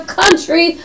country